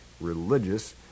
religious